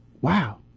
wow